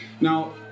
Now